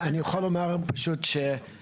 אני יכול לומר פשוט שהחוק